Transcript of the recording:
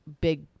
big